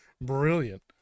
brilliant